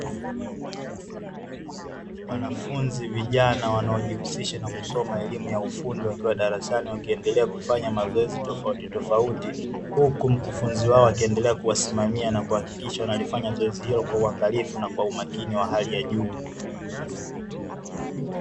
Wanafunzi vijana wanaojihusisha na kusoma elimu ya ufundi wakiwa darasani wakiendelea kufanya mazoezi tofauti tofauti, huku mkufunzi wao akiendelea kuwasimamia na kuhakikisha wanalifanya zoezi hilo kwa uangalifu na kwa umakini wa hali ya juu.